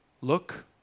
look